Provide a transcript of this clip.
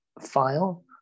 file